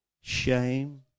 Shame